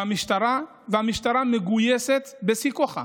והמשטרה מגויסת בשיא כוחה